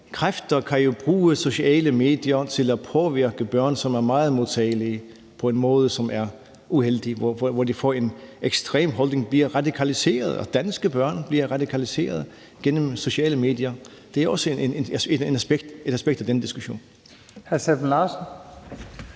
kræfter kan jo bruge sociale medier til at påvirke børn, som er meget modtagelige, på en måde, som er uheldig, og hvor de får en ekstrem holdning og bliver radikaliseret. Danske børn bliver radikaliseret gennem sociale medier. Det er også et aspekt af den diskussion. Kl. 00:59 Første